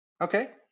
Okay